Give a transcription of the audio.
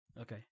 Okay